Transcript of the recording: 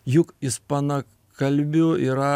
juk ispanakalbių yra